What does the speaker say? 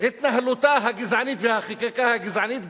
התנהלותה הגזענית והחקיקה הגזענית,